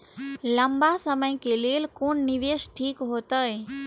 लंबा समय के लेल कोन निवेश ठीक होते?